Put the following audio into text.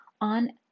on